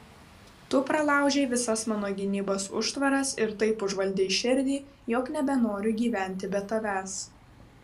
tu pralaužei visas mano gynybos užtvaras ir taip užvaldei širdį jog nebenoriu gyventi be tavęs